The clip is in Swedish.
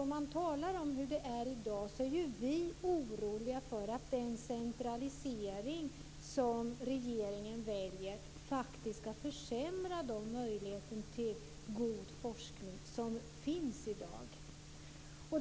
Om man talar om hur det är i dag så är vi oroliga för att den centralisering som regeringen väljer ska försämra den möjlighet till god forskning som finns i dag.